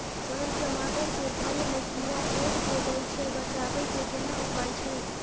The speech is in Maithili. सर टमाटर के फल में कीरा छेद के दैय छैय बचाबै के केना उपाय छैय?